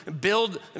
build